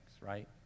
right